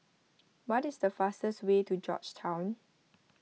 what is the fastest way to Georgetown